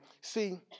See